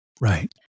Right